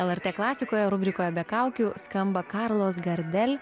lrt klasikos rubrikoje be kaukių skamba karlos gardel